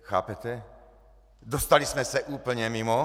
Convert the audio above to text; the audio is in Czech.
Chápete, dostali jsme se úplně mimo.